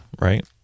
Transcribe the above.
right